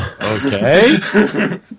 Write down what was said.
Okay